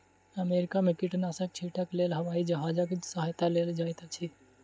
America में कीटनाशक छीटक लेल हवाई जहाजक सहायता लेल जाइत अछि